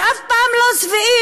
שאף פעם לא שבעים,